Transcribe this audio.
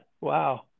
Wow